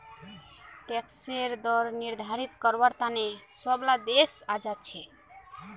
टैक्सेर दर निर्धारित कारवार तने सब ला देश आज़ाद छे